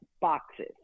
boxes